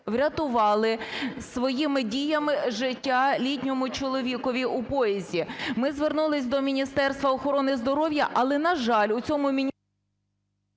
врятували своїми діями життя літньому чоловікові у поїзді? Ми звернулись до Міністерства охорони здоров'я, але, на жаль, в цьому міністерстві…